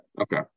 Okay